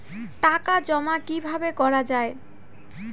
টাকা জমা কিভাবে করা য়ায়?